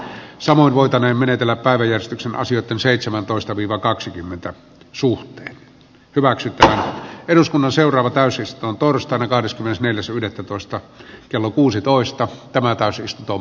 samoin voitaneen menetellä päivystyksen syötön seitsemäntoista viivakaksikymmentä suhteen hyväksytty eduskunnan seuraava täysin torstaina kahdeskymmenesneljäs yhdettätoista kello kuusitoista pelätään syys tom